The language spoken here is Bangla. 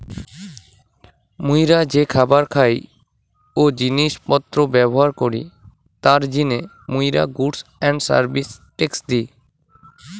মুইরা যে খাবার খাই ও জিনিস পত্র ব্যবহার করি তার জিনে মুইরা goods and service tax the